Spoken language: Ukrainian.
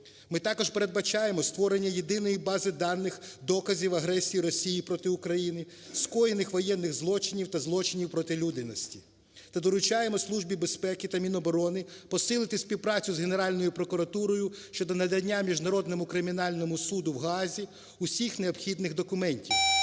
Ми також передбачаємо створення єдиної бази даних доказів агресії Росії проти України, скоєних воєнних злочинів та злочинів проти людяності та доручаємо Службі безпеки та Міноборони посилити співпрацю з Генеральною прокуратурою щодо надання Міжнародному кримінальному суду в Гаазі всіх необхідних документів,